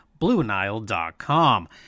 BlueNile.com